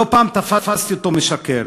לא פעם תפסתי אותו משקר,